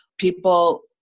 People